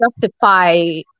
justify